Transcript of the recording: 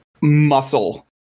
muscle